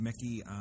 Mickey